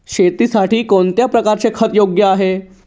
शेतीसाठी कोणत्या प्रकारचे खत योग्य आहे?